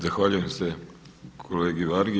Zahvaljujem se kolegi Vargi.